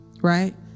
right